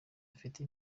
afite